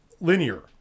linear